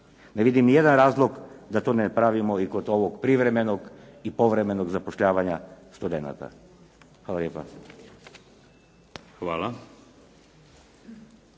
Ne vidim ni jedan razlog da to ne pravimo i kod ovog privremenog i povremenog zapošljavanja studenata. Hvala lijepa.